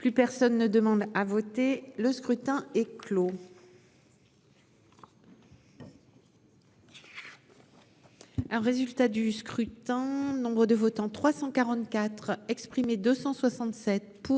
Plus personne ne demande pas à voter. Le scrutin est clos. Un résultat du scrutin. Nombre de votants 344 exprimés, 267